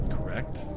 Correct